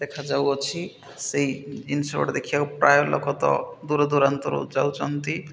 ଦେଖାଯାଉଅଛି ସେଇ ଜିନିଷ ଗୋଟେ ଦେଖିବାକୁ ପ୍ରାୟ ଲୋକ ତ ଦୂରଦୂରାନ୍ତରୁ ଯାଉଛନ୍ତି